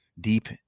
deep